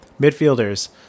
Midfielders